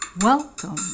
Welcome